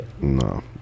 no